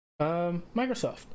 Microsoft